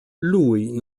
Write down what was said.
lui